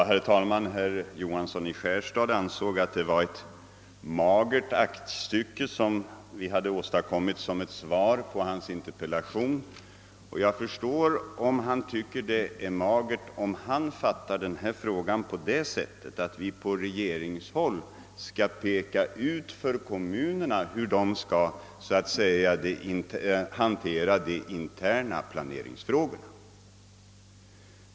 Herr talman! Herr Johansson i Skärstad ansåg att det var ett magert aktstycke som vi åstadkommit som svar på hans interpellation. Jag kan också förstå att han tycker det är magert, om han fattat denna fråga på det sättet att vi på regeringshåll skall peka ut för kommunerna hur dessa skall handlägga sina interna planeringsangelägenheter.